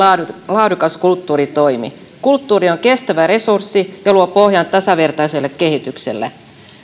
laadukas kulttuuritoimi kulttuuri on kestävä resurssi ja luo pohjan tasavertaiselle kehitykselle